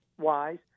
wise